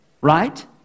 Right